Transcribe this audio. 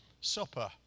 supper